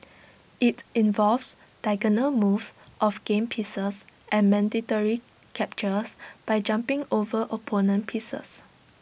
IT involves diagonal moves of game pieces and mandatory captures by jumping over opponent pieces